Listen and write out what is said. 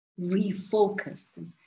refocused